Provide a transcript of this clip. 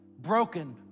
Broken